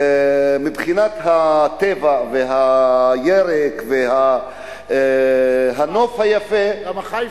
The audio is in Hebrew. מבחינת הטבע, והירק, והנוף היפה, למה?